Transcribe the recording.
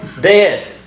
dead